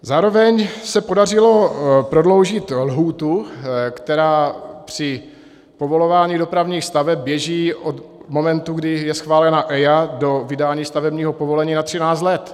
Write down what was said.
Zároveň se podařilo prodloužit lhůtu, která při povolování dopravních staveb běží od momentu, kdy je schválena EIA, do vydání stavebního povolení na 13 let.